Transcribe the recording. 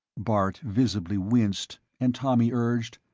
bart visibly winced, and tommy urged,